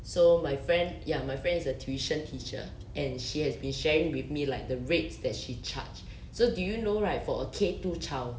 so my friend ya my friend is a tuition teacher and she has been sharing with me like the rates that she charge so do you know right for a K two child